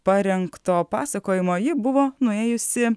parengto pasakojimo ji buvo nuėjusi